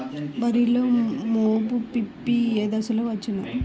వరిలో మోము పిప్పి ఏ దశలో వచ్చును?